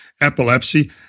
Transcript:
epilepsy